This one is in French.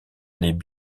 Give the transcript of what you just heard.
allaient